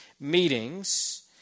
meetings